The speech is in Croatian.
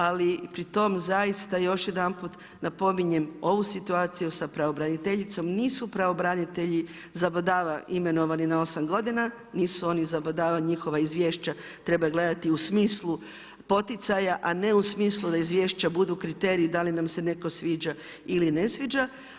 Ali pri tom zaista još jedanput napominjem ovu situaciju sa pravobraniteljicom nisu pravobranitelji zabadava imenovani na 8 godina, nisu oni zabadava njihova izvješća treba gledati u smislu poticaja, a ne u smislu da izvješća budu kriteriji da li nam se netko sviđa ili ne sviđa.